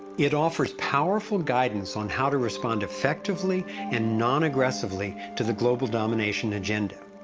it offers powerful guidance on how to respond effectively and non-aggressively to the global domination agenda.